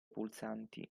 pulsanti